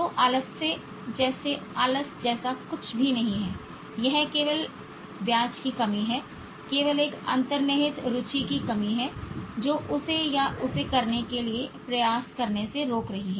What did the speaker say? तो आलस्य जैसे आलस जैसा कुछ भी नहीं है यह केवल ब्याज की कमी है केवल एक अंतर्निहित ब्याज की कमी है जो उसे या उसे करने के लिए प्रयास करने से रोक रही है